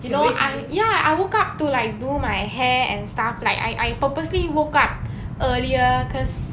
you know i~ ya I woke up to like do my hair and stuff like I I purposely woke up earlier cause